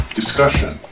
discussion